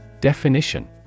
Definition